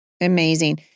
Amazing